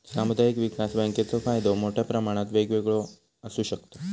सामुदायिक विकास बँकेचो फायदो मोठ्या प्रमाणात वेगवेगळो आसू शकता